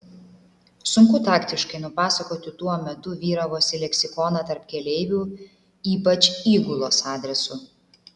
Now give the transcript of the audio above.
sunku taktiškai nupasakoti tuo metu vyravusį leksikoną tarp keleivių ypač įgulos adresu